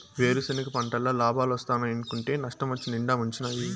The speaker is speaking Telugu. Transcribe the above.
వేరుసెనగ పంటల్ల లాబాలోస్తాయనుకుంటే నష్టమొచ్చి నిండా ముంచినాయి